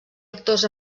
actors